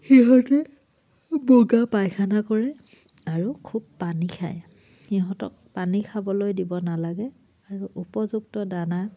সিহঁতে বগা পায়খানা কৰে আৰু খুব পানী খায় সিহঁতক পানী খাবলৈ দিব নালাগে আৰু উপযুক্ত দানা